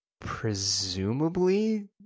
presumably